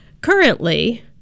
currently